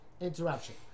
interruption